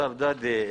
ניצב דדי,